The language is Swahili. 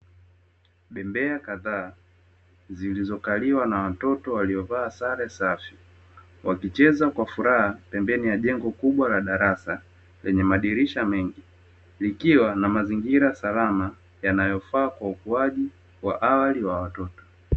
Bembea kadhaa zilizo kaliwa na watoto waliovaa sare safi, wakicheza kwa furaha pembeni ya jengo kubwa la darasa, lenye madirisha mengi likiwa na mazingira salama yanayofaa kwa ukuaji wa awali wa watoto.